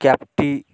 ক্যাবটি